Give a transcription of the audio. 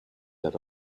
that